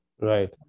Right